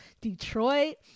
Detroit